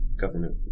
government